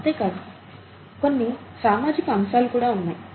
అంతే కాదు కొన్ని సామాజిక అంశాలు ఉన్నాయి